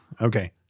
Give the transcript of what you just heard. okay